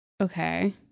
Okay